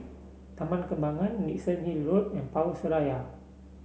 Taman Kembangan Dickenson Hill Road and Power Seraya